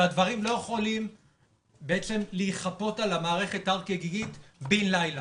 שהדברים לא יכולים להיכפות על המערכת הר כגיגית בין לילה.